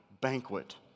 banquet